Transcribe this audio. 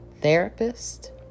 therapist